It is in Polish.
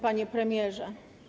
Panie Premierze!